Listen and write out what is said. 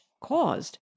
caused